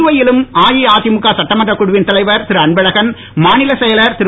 புதுவையிலும் அஇஅதிமுக சட்டமன்ற குழுவின் தலைவர் திருஅன்பழகன் மாநிலச் செயலர் திரு